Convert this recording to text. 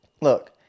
Look